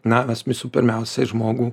na mes visų pirmiausia žmogų